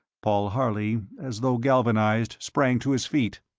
paul harley, as though galvanized, sprang to his feet.